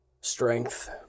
strength